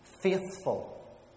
faithful